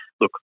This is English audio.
look